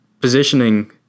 positioning